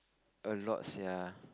a lot sia